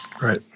right